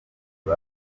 uko